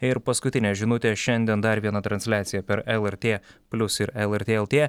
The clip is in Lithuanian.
ir paskutinė žinutė šiandien dar viena transliacija per lrt plius ir lrt lt